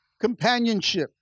companionship